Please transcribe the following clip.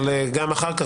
אבל גם אחר כך,